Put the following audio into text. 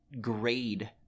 grade